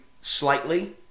slightly